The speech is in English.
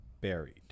buried